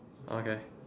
okay